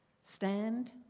stand